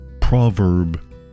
Proverb